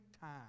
time